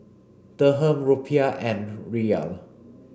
Dirham Rupiah and Riyal